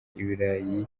ibirayi